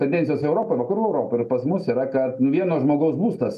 tendencijos europoj vakarų europoje ir pas mus yra kad nu vieno žmogaus būstas